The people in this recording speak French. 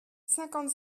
cinquante